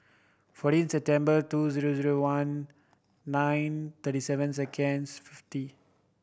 fourteen September two zero zero one nine thirty seven seconds fifty